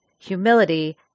humility